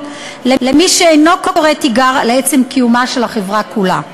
למי שאינו קורא תיגר על עצם קיומה של החברה כולה.